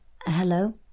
Hello